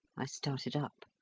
i started up.